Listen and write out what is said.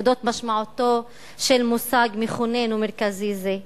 אודות משמעותו של מושג מכונן ומרכזי זה.